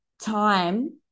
time